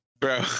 Bro